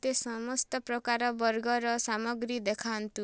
ମୋତେ ସମସ୍ତ ପ୍ରକାର ବର୍ଗର ସାମଗ୍ରୀ ଦେଖାନ୍ତୁ